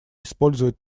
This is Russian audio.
использовать